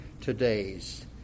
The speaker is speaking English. today's